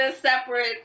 separate